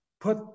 put